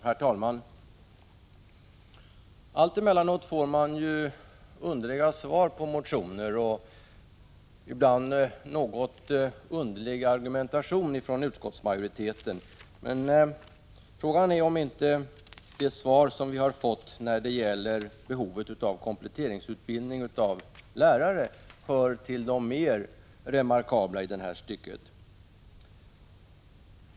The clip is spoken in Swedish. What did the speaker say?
Herr talman! Allt emellanåt får man underliga svar på motioner och ibland en något underlig argumentation från utskottsmajoriteten. Men frågan är om inte det svar som vi har fått när det gäller behovet av kompletteringsutbildning av lärare hör till de mer remarkabla i detta stycke.